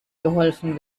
geholfen